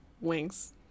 wings